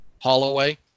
Holloway